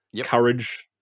courage